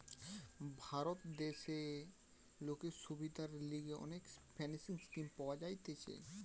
ভারত দেশে লোকের সুবিধার লিগে অনেক ফিন্যান্স স্কিম পাওয়া যাইতেছে